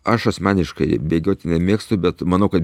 aš asmeniškai bėgioti nemėgstu bet manau kad